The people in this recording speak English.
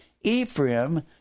Ephraim